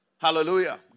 Hallelujah